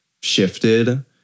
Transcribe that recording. shifted